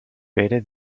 pere